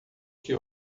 que